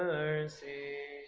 owners see